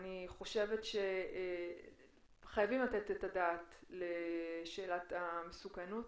אני חושבת שחייבים לתת את הדעת לשאלת המסוכנות.